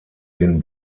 den